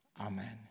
Amen